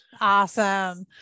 Awesome